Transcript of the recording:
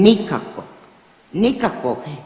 Nikako, nikako.